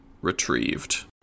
retrieved